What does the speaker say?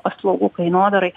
paslaugų kainodarai